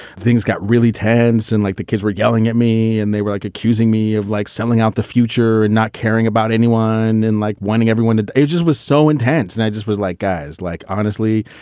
things got really tense and like the kids were yelling at me and they were like accusing me of like selling out the future and not caring about anyone in like winning. everyone at the ages was so intense. and i just was like guys like, honestly,